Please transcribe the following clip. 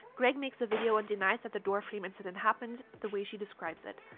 greg makes a video and denies that the door frame incident happened the way she describes it.